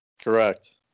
Correct